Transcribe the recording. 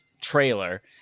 trailer